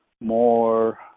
more